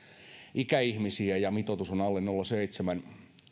ikäihmisiä ja mitoitus on alle nolla pilkku seitsemän